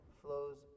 flows